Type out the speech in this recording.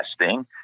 testing